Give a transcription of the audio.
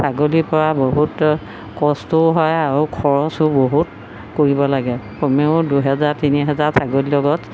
ছাগলীৰপৰা বহুত কষ্টও হয় আৰু খৰচো বহুত কৰিব লাগে কমেও দুহেজাৰ তিনিহাজাৰ ছাগলীৰ লগত